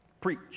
Preach